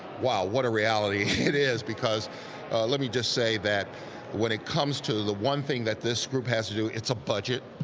wow what had a reality it is because let me just say that when it comes to the one thing that this group has to do, it's a budget,